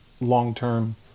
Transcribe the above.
long-term